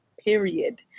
period.